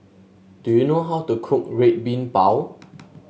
do you know how to cook Red Bean Bao